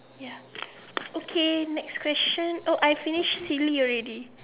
ya okay next question oh I finish silly already